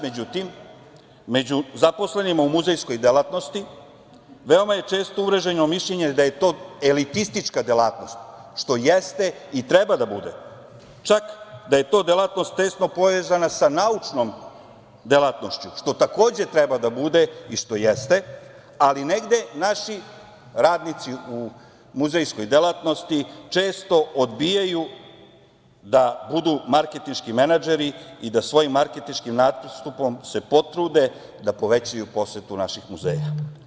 Međutim, kod nas među zaposlenima u muzejskoj delatnosti često je mišljenje da je to elitistička delatnost, što jeste i treba da bude, čak da je to delatnost tesno povezana sa naučnom delatnošću, što takođe treba da bude i što jeste, ali negde naši radnici u muzejskoj delatnosti često odbijaju da budu marketinški menadžeri i da svojim marketinškim nastupom se potrude da povećaju posetu naših muzeja.